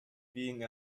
being